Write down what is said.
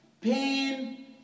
Pain